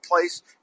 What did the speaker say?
place